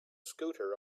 scooter